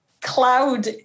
cloud